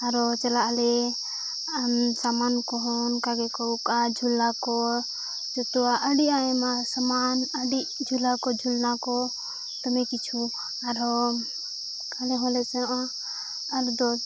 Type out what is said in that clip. ᱟᱨᱦᱚᱸ ᱪᱟᱞᱟᱜ ᱟᱞᱮ ᱥᱟᱢᱟᱱ ᱠᱚᱦᱚᱸ ᱚᱱᱠᱟ ᱜᱮᱠᱚ ᱟᱹᱜᱩ ᱠᱟᱜᱼᱟ ᱡᱷᱚᱞᱟ ᱠᱚ ᱡᱚᱛᱚᱣᱟᱜ ᱟᱹᱰᱤ ᱟᱭᱢᱟ ᱥᱟᱢᱟᱱ ᱟᱹᱰᱤ ᱡᱷᱚᱞᱟ ᱠᱚ ᱡᱷᱩᱞᱱᱟ ᱠᱚ ᱫᱚᱢᱮ ᱠᱤᱪᱷᱩ ᱟᱨᱦᱚᱸ ᱟᱞᱮ ᱦᱚᱸᱞᱮ ᱥᱮᱱᱚᱜᱼᱟ ᱟᱨ ᱫᱚ